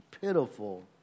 pitiful